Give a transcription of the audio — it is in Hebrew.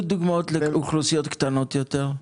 תני עוד דוגמאות לאוכלוסיות קטנות יותר.